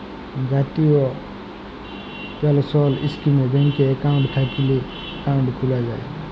জাতীয় পেলসল ইস্কিমে ব্যাংকে একাউল্ট থ্যাইকলে একাউল্ট খ্যুলা যায়